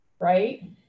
Right